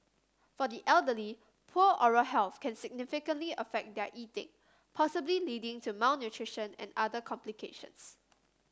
for the elderly poor oral health can significantly affect their eating possibly leading to malnutrition and other complications